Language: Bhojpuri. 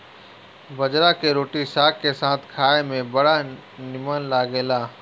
बजरा के रोटी साग के साथे खाए में बड़ा निमन लागेला